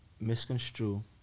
misconstrue